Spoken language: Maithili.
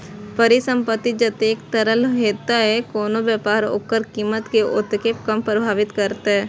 परिसंपत्ति जतेक तरल हेतै, कोनो व्यापार ओकर कीमत कें ओतेक कम प्रभावित करतै